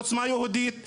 עוצמה יהודית,